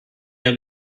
der